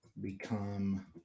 become